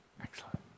Excellent